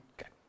Okay